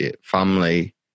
family